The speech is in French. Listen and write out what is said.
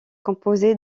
composé